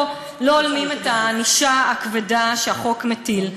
לא הולמים את הענישה הכבדה שהחוק מטיל.